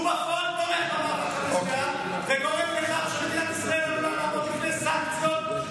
הוא בפועל גורם לכך שמדינת ישראל תספוג סנקציות,